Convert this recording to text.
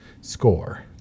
score